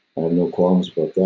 um no qualms but